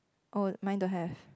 oh mine don't have